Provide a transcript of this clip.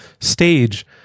stage